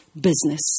business